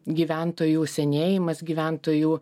gyventojų senėjimas gyventojų